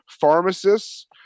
pharmacists